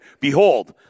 Behold